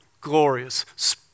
glorious